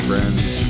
friends